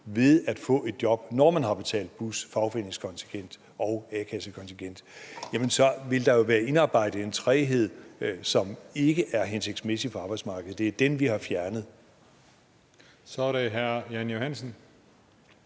ved at få et job, når man har betalt bus, fagforeningskontingent og a-kassekontingent, så vil der jo være indarbejdet en træghed, som ikke er hensigtsmæssig for arbejdsmarkedet. Og det er den, vi har fjernet. Kl. 14:51 Tredje